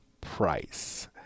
price